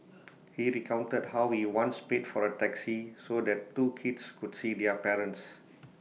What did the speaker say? he recounted how we once paid for A taxi so that two kids could see their parents